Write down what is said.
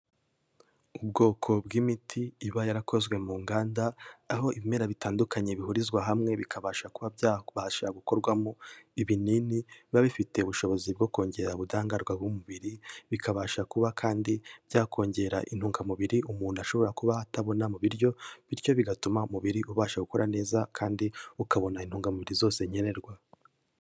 Ubwoko bw'imiti iba yarakozwe mu nganda, aho ibimera bitandukanye bihurizwa hamwe bikabasha kuba byabasha gukorwamo ibinini biba bifite ubushobozi bwo kongera ubudahangarwa bw'umubiri, bikabasha kuba kandi byakongera intungamubiri umuntu ashobora kuba atabona mu biryo, bityo bigatuma umubiri ubasha gukora neza kandi ukabona intungamubiri zose nkenerwa.